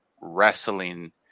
wrestling